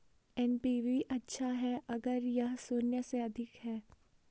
NPV अच्छा है अगर यह शून्य से अधिक है